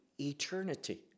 eternity